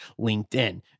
LinkedIn